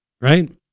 Right